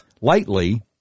lightly